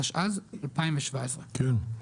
התשע"ז 2017. כן,